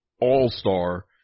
all-star